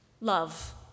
love